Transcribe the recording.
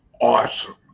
awesome